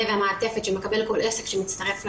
והמעטפת שמקבל כל עסק שמצטרף ליוזמה.